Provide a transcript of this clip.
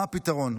מה הפתרון?